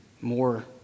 more